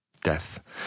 death